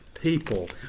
people